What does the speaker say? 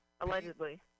Allegedly